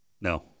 No